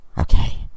Okay